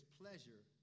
pleasure